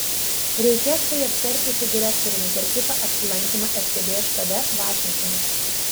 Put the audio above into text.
reikės tai aptarti su direktoriumi per kitą apsilankymą ftb štabe vašingtone